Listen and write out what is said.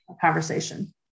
conversation